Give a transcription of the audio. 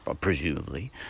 presumably